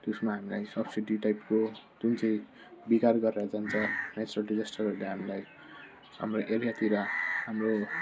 त्यसमा हामीलाई सबसिडी टाइपको जुन चाहिँ बिगार गरेर जान्छ नेचरल डिजास्टरहरूले हामीलाई हाम्रो एरियातिर हाम्रो